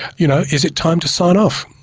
you know, is it time to sign off?